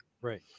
right